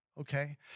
okay